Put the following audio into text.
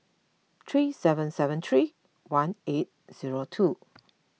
three seven seven three one eight zero two